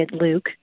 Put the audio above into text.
Luke